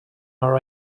are